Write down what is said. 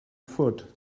food